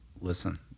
listen